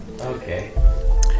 Okay